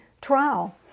trial